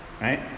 right